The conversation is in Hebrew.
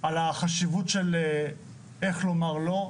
על החשיבות איך לומר "לא",